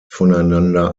voneinander